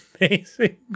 amazing